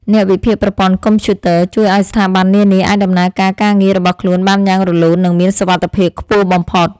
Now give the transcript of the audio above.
អ្នកវិភាគប្រព័ន្ធកុំព្យូទ័រជួយឱ្យស្ថាប័ននានាអាចដំណើរការការងាររបស់ខ្លួនបានយ៉ាងរលូន និងមានសុវត្ថិភាពខ្ពស់បំផុត។